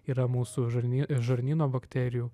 yra mūsų žarny žarnyno bakterijų